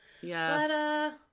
Yes